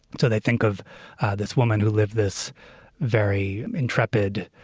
so they think of this woman who lived this very intrepid,